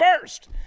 first